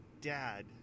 dad